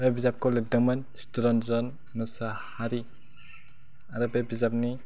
बे बिजाबखौ लेरदोंमोन चितरन्जन मसाहारि आरो बे बिजाबनि